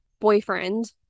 boyfriend